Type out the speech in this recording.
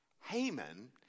Haman